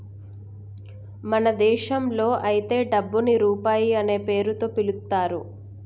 మన భారతదేశంలో అయితే డబ్బుని రూపాయి అనే పేరుతో పిలుత్తారు